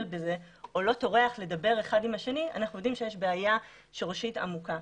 בזה או לא טורח לדבר אחד עם השני אנחנו יודעים שיש בעיה שורשית עמוקה.